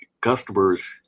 customers